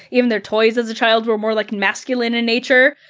even their toys as a child were more like masculine in nature.